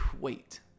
Wait